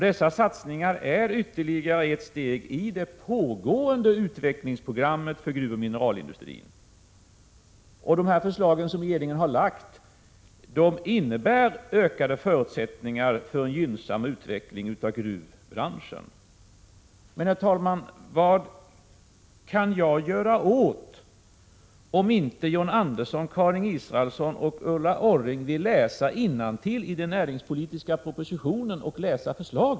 Dessa satsningar är ytterligare ett steg i det pågående utvecklingsprogrammet för gruvoch mineralindustrin. De förslag som regeringen har framlagt innebär ökade förutsättningar för en gynnsam utveckling av gruvbranschen. Men, herr talman, vad kan jag göra om inte John Andersson, Karin Israelsson och Ulla Orring vill läsa innantill i den näringspolitiska propositionen?